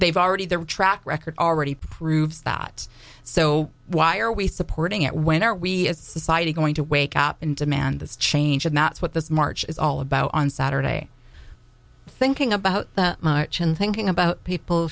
they've already the track record already proves that so why are we supporting it when are we as society going to wake up and demand this change is not what this march is all about on saturday thinking about the march and thinking about people